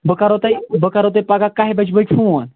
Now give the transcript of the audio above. بہٕ کَرہو تۄہہِ بہٕ کَرہو تۄہہِ پَگاہ کاہہِ بجہِ بٲگۍ فوٗن